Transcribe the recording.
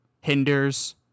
hinders